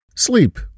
Sleep